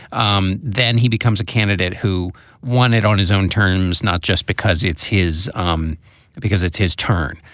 um then he becomes a candidate who won it on his own terms, not just because it's his um because it's his turn.